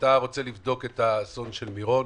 כשאתה רוצה לבדוק את אסון מירון,